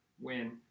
win